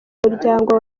muryango